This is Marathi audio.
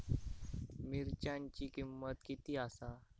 मिरच्यांची किंमत किती आसा?